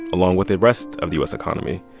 along with the rest of the u s. economy.